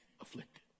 afflicted